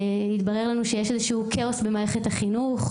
התברר לנו שיש כאוס במערכת החינוך,